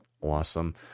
awesome